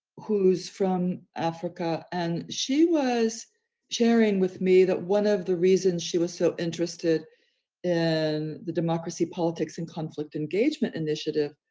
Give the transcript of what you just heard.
who's from africa. and she was sharing with me that one of the reasons she was so interested in and the democracy, politics and conflict engagement initiative,